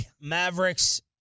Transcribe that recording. Mavericks